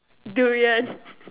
durian